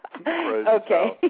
Okay